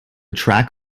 track